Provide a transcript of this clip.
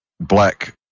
black